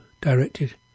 directed